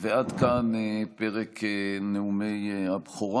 עד כאן פרק נאומי הבכורה.